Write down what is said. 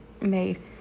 made